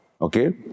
Okay